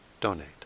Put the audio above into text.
donate